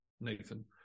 Nathan